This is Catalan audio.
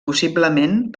possiblement